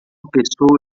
pessoa